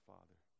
Father